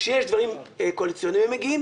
כשיש דברים קואליציוניים הם מגיעים,